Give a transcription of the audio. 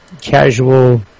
casual